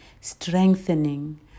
strengthening